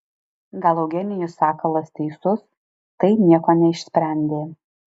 gal eugenijus sakalas teisus tai nieko neišsprendė